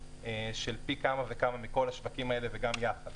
של פי כמה וכמה מכול השווקים האלה וגם יחד.